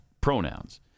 pronouns